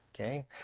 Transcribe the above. Okay